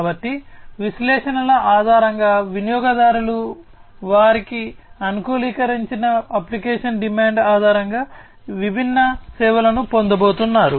కాబట్టి విశ్లేషణల ఆధారంగా వినియోగదారులు వారి అనుకూలీకరించిన అప్లికేషన్ డిమాండ్ ఆధారంగా ఈ విభిన్న సేవలను పొందబోతున్నారు